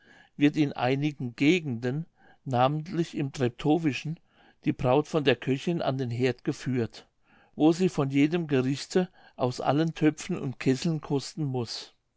wird in einigen gegenden namentlich im treptowischen die braut von der köchin an den heerd geführt wo sie von jedem gerichte aus allen töpfen und kesseln kosten muß